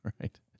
right